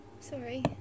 Sorry